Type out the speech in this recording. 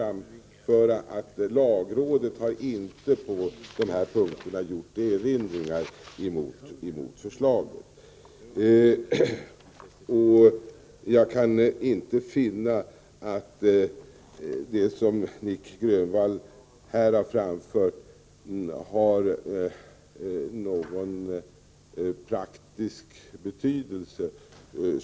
Lagrådet har inte gjort erinringar mot förslaget på dessa punkter. Jag kan inte finna att det som Nic Grönvall här har framfört har någon praktisk betydelse.